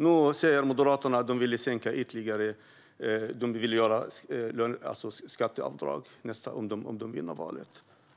Nu säger Moderaterna att de vill dra ned på skatten ytterligare om de vinner valet.